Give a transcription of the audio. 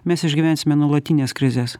mes išgyvensime nuolatines krizes